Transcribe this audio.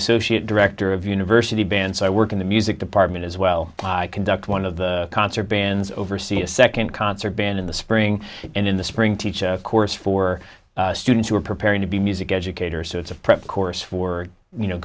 associate director of university bands i work in the music department as well i conduct one of the concert bands oversee a second concert band in the spring and in the spring teach a course for students who are preparing to be music educator so it's a prep course for you know